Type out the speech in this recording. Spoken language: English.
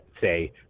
say